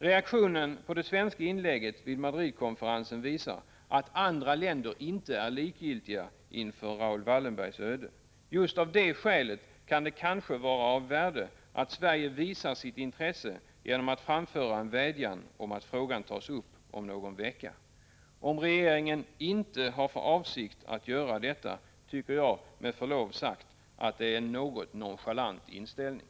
Reaktionen på det svenska inlägget vid Madridkonferensen visar att andra länder inte är likgiltiga inför Raoul Wallenbergs öde. Just av det skälet kan det kanske vara av värde att Sverige visar sitt intresse genom att framföra en vädjan om att frågan tas upp om någon vecka. Om regeringen inte har för avsikt att göra detta, tycker jag — med förlov sagt — att det är en något nonchalant inställning.